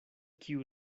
kiu